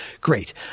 Great